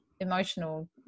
emotional